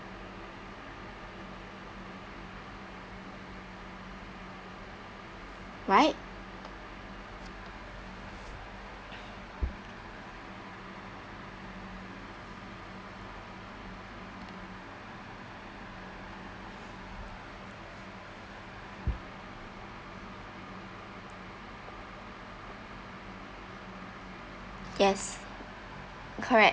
right yes correct